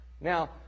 Now